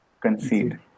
Concede